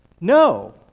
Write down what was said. No